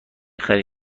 خری